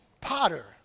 potter